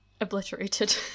obliterated